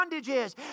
bondages